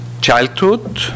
childhood